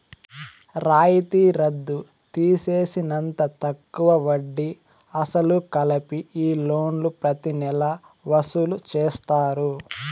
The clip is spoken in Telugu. రాయితీ రద్దు తీసేసినంత తక్కువ వడ్డీ, అసలు కలిపి ఈ లోన్లు ప్రతి నెలా వసూలు చేస్తారు